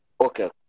Okay